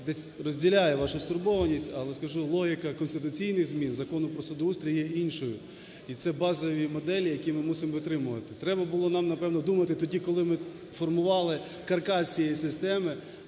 десь розділяю вашу стурбованість, але скажу, логіка конституційних змін Закону про судоустрій є іншою. І це – базові моделі, які ми мусимо витримувати. Треба було нам, напевно, думати тоді, коли ми формували каркас цієї системи,